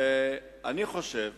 אני חושב